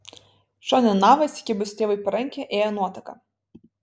šonine nava įsikibusi tėvui į parankę ėjo nuotaka